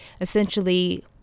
essentially